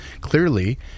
clearly